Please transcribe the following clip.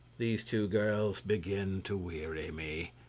these two girls begin to weary me.